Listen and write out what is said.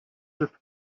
with